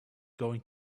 going